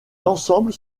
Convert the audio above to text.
ensembles